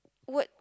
would